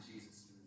Jesus